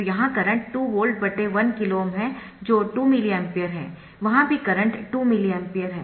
तो यहाँ current 2 volt 1KΩ है जो 2 मिली एम्पीयर है वहां भी करंट 2 मिली एम्पीयर है